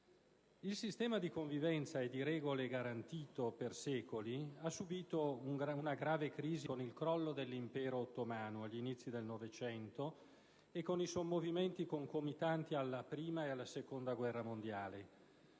Il sistema di convivenza e di regole garantito per secoli ha subito una grave crisi con il crollo dell'Impero ottomano agli inizi del Novecento e con i sommovimenti concomitanti alla Prima e alla Seconda guerra mondiale.